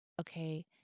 Okay